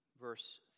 verse